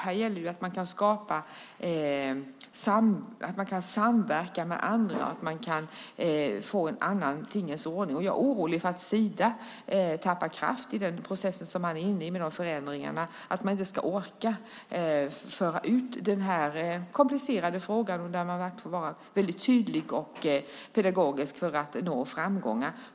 Här gäller det att samverka med andra och få en annan tingens ordning. Jag är orolig för att Sida tappar kraft i den process man är inne i med förändringar, att man inte orkar föra ut den här komplicerade frågan. Man måste vara tydlig och pedagogisk för att nå framgångar.